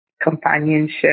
companionship